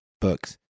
books